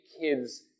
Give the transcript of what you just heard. kids